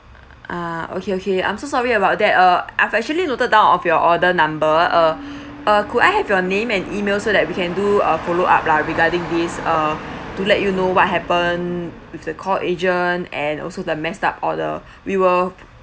ah okay okay I'm so sorry about that uh I've actually noted down of your order number uh uh could I have your name and email so that we can do a follow up lah regarding this uh to let you know what happened with the call agent and also the messed up order we will